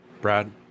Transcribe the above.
Brad